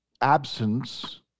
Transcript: absence